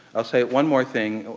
i'll say one more thing.